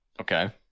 Okay